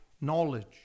knowledge